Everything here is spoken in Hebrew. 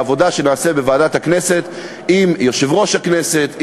בעבודה שנעשה בוועדת הכנסת עם יושב-ראש הכנסת,